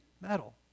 metal